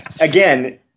again